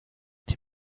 dem